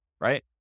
right